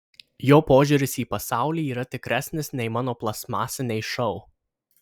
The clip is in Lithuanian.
jo požiūris į pasaulį yra tikresnis nei mano plastmasiniai šou